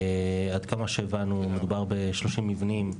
עד כמה שהבנו, מדובר ב-30 מבנים,